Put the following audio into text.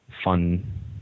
Fun